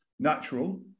natural